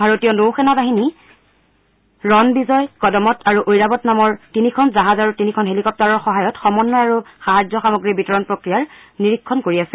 ভাৰতীয় নৌ সেনাবাহিনী ৰণবিজয় কদমট আৰু ঐৰাৱট নামৰ তিনিখন জাহাজ আৰু তিনিখন হেলিকপ্টাৰৰ সহায়ত সমন্বয় আৰু সাহায্য সামগ্ৰী বিতৰণ প্ৰক্ৰিয়াৰ নিৰীক্ষণ কৰি আছে